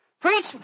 Preach